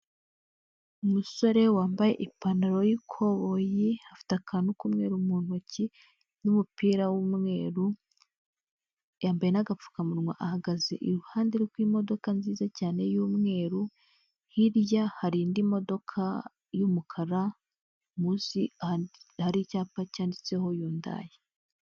Umusore wambaye ipantaro y'ikoboyi afite akantu k'umweru mu ntoki n'umupira w'umweru yambeye n'agapfukamunwa ahagaze iruhande rw'imodoka nziza cyane y'umweru hirya hari indi modoka y'umukara munsi hari icyapa cyanditseho Yundayi.